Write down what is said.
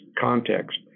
context